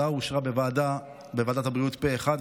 ההצעה אושרה בוועד הבריאות פה אחד,